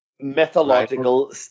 Mythological